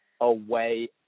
away